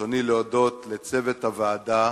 ברצוני להודות לצוות הוועדה.